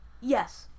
Yes